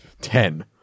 Ten